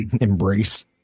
embrace